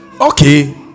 Okay